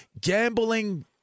gambling